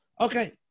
Okay